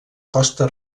costa